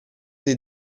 dei